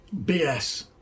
BS